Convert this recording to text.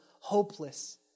hopeless